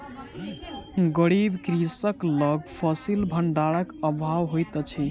गरीब कृषक लग फसिल भंडारक अभाव होइत अछि